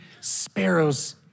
sparrows